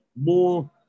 more